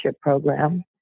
program